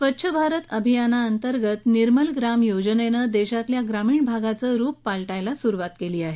स्वच्छ भारत अभियानाअंतर्गत निर्मलग्राम योजनेनं देशातल्या ग्रामीण भागाचं रुप पालटायला सुरूवात केली आहे